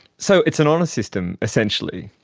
so it's an honour system essentially.